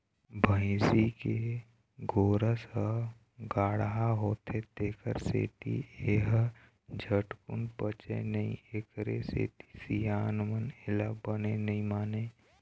भइसी के गोरस ह गाड़हा होथे तेखर सेती ए ह झटकून पचय नई एखरे सेती सियान मन एला बने नइ मानय